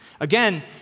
Again